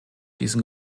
diesem